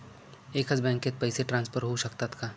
एकाच बँकेत पैसे ट्रान्सफर होऊ शकतात का?